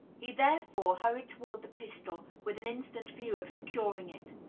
he therefore hurried toward the pistol, with an instant view of securing it.